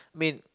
mean